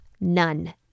none